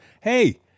hey